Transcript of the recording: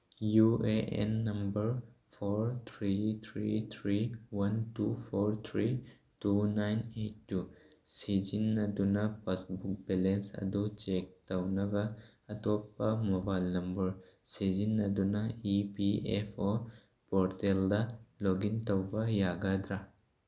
U A N number four three three three one two four three two nine eight two ꯁꯤꯖꯤꯟꯅꯗꯨꯅ passbook balance ꯑꯗꯨ check ꯇꯧꯅꯕ ꯑꯇꯣꯞꯄ mobile number ꯁꯤꯖꯟꯅꯗꯨꯅ E P F O ꯄꯣꯔꯇꯦꯜꯗ login ꯇꯧꯕ ꯌꯥꯒꯗ꯭ꯔꯥ